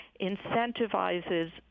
incentivizes